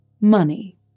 Money